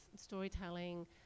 storytelling